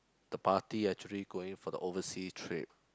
the party actually going for the overseas trip